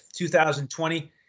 2020